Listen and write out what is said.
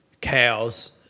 cows